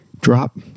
drop